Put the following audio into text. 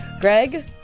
Greg